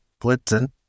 blitzen